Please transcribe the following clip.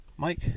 Mike